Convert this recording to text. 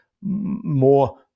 more